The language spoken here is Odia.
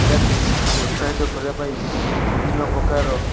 କ୍ରୀଡ଼ାକୁ ପ୍ରୋତ୍ସାହିତ କରିବାପାଇଁ ବିଭିନ୍ନ ପ୍ରକାରର